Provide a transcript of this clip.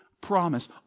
promise